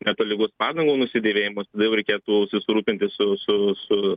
netolygus padangų nusidėvėjimas tada jau reikėtų susirūpinti su su su